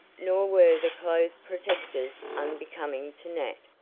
nor were the clothes protectors unbecoming to nat.